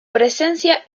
presencia